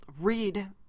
read